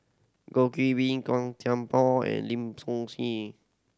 Goh Qiu Bin Gan Thiam Poh and Lim Ngee